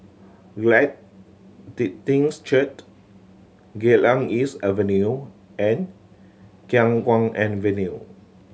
Glad Tidings Church Geylang East Avenue and Khiang Guan Avenue